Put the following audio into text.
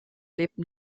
lebten